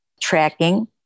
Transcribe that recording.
tracking